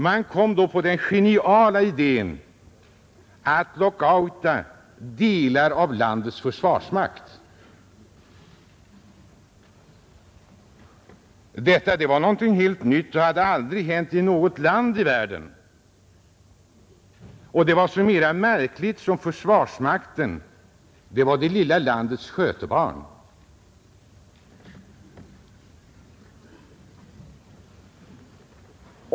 Man kom då på den geniala idén att lockouta delar av landets försvarsmakt. Detta var någonting helt nytt och hade aldrig hänt i något land i världen, och det var så mycket mera märkligt som försvarsmakten var det lilla landets skötebarn.